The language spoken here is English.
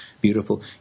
beautiful